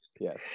yes